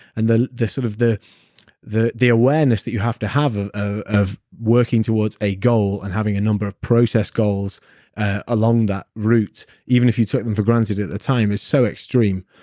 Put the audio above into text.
and the the sort of the the awareness that you have to have of ah of working towards a goal, and having a number of process goals along that route, even if you took them for granted at the time, it's so extreme.